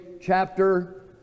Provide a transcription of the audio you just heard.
chapter